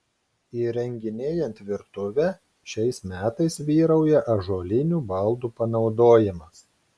įrenginėjant virtuvę šiais metais vyrauja ąžuolinių baldų panaudojimas